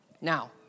Now